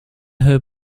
who